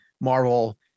Marvel